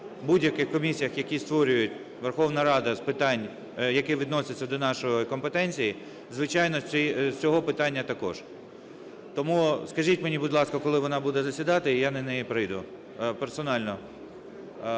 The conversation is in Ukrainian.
будь-яких комісіях, які створює Верховна Рада з питань, які відносяться до нашої компетенції. Звичайно, з цього питання також. Тому скажіть мені, будь ласка, коли вона буде засідати, і я на неї прийду персонально.